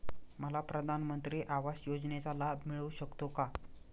मला प्रधानमंत्री आवास योजनेचा लाभ मिळू शकतो का?